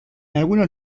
algunos